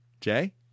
Jay